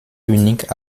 uniques